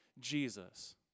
Jesus